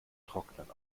trocknen